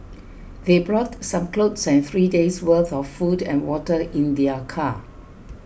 they brought some clothes and three days worth of food and water in their car